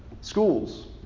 schools